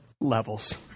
levels